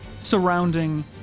surrounding